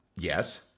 Yes